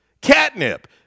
Catnip